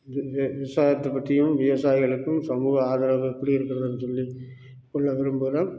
we வி விவசாயத்தை பற்றியும் விவசாயிகளுக்கும் சமூக ஆதரவு எப்படி இருக்கிறதுன்னு சொல்லி சொல்ல விரும்புகிறேன்